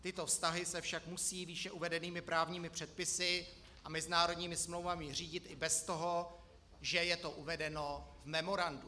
Tyto vztahy se však musí výše uvedenými právními předpisy a mezinárodními smlouvami řídit i bez toho, že je to uvedeno v memorandu.